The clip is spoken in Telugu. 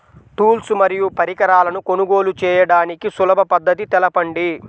టూల్స్ మరియు పరికరాలను కొనుగోలు చేయడానికి సులభ పద్దతి తెలపండి?